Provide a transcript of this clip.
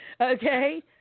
Okay